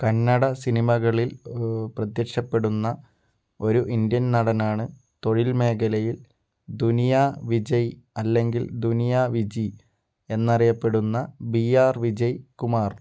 കന്നഡ സിനിമകളിൽ പ്രത്യക്ഷപ്പെടുന്ന ഒരു ഇന്ത്യൻ നടനാണ് തൊഴില് മേഖലയില് ദുനിയാ വിജയ് അല്ലെങ്കിൽ ദുനിയാ വിജി എന്നറിയപ്പെടുന്ന ബി ആർ വിജയ് കുമാർ